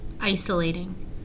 isolating